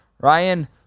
Ryan